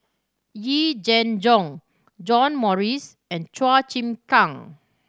Yee Jenn Jong John Morrice and Chua Chim Kang